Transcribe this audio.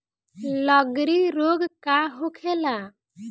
लगड़ी रोग का होखेला?